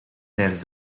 tijdens